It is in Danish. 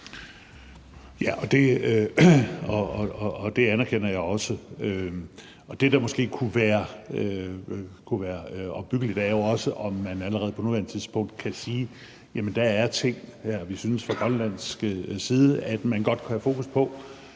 (S): Det anerkender jeg også. Det, der måske kunne være opbyggeligt, er jo også, om man allerede på nuværende tidspunkt kunne sige: Jamen der er ting her, vi fra grønlandsk side synes man godt kunne have fokus på